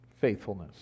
Faithfulness